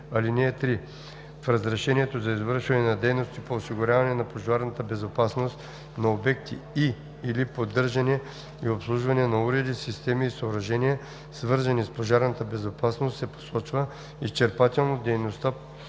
ал. 3: „(3) В разрешението за извършване на дейности по осигуряване на пожарната безопасност на обекти и/или поддържане и обслужване на уреди, системи и съоръжения, свързани с пожарната безопасност се посочва изчерпателно дейността